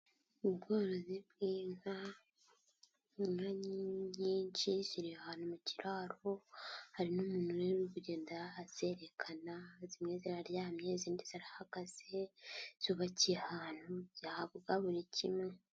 Ubworozi bw'inka, inka nyinshi ziri ahantu mu kiraro, hari n'umuntu rero ugenda azerekana, zimwe ziraryamye, izindi zirahagaze, zubakiye ahantu zihabwa buri kimwe.